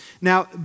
Now